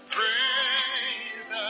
Praise